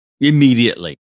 Immediately